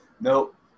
Nope